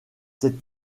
ces